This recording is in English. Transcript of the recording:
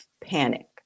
panic